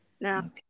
Now